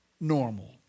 normal